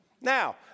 Now